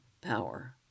power